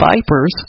vipers